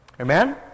Amen